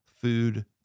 Food